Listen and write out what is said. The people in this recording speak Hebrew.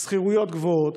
שכירויות גבוהות,